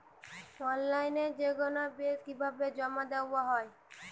অনলাইনে যেকোনো বিল কিভাবে জমা দেওয়া হয়?